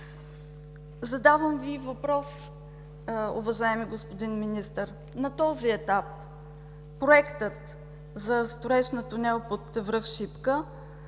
Задавам Ви въпрос, уважаеми господин Министър: на този етап проектът за строеж на тунел под връх Шипка